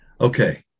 Okay